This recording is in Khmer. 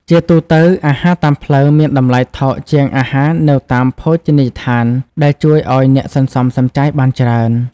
ជាទូទៅ អាហារតាមផ្លូវមានតម្លៃថោកជាងអាហារនៅតាមភោជនីយដ្ឋាន ដែលជួយឲ្យអ្នកសន្សំសំចៃបានច្រើន។